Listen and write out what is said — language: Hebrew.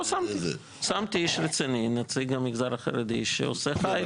שמתי איש רציני, נציג המגזר החרדי שעושה חייל.